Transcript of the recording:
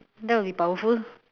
that will be powerful